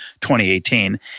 2018